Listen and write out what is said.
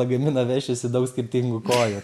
lagaminą vešiesi daug skirtingų kojų